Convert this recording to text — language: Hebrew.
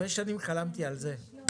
בשעה 13:26.